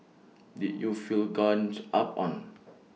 did you feel gangs up on